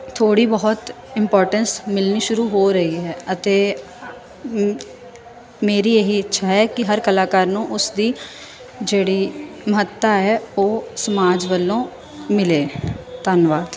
ਥੋੜੀ ਬਹੁਤ ਇੰਪੋਰਟੈਂਸ ਮਿਲਣੀ ਸ਼ੁਰੂ ਹੋ ਰਹੀ ਹੈ ਅਤੇ ਮ ਮੇਰੀ ਇਹੀ ਇੱਛਾ ਹੈ ਕਿ ਹਰ ਕਲਾਕਾਰ ਨੂੰ ਉਸਦੀ ਜਿਹੜੀ ਮਹੱਤਤਾ ਹੈ ਉਹ ਸਮਾਜ ਵੱਲੋਂ ਮਿਲੇ ਧੰਨਵਾਦ